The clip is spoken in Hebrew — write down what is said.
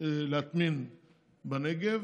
להטמין בנגב,